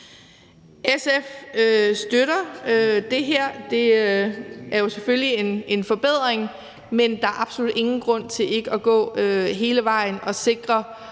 SF støtter det her, for det er jo selvfølgelig en forbedring. Men der er absolut ingen grund til ikke at gå hele vejen og sikre